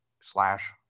slash